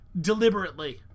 deliberately